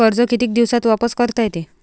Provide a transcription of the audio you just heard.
कर्ज कितीक दिवसात वापस करता येते?